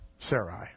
Sarai